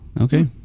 Okay